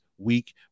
week